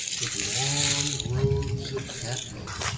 with long groves of catnip,